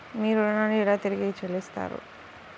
మీరు ఋణాన్ని ఎలా తిరిగి చెల్లిస్తారు?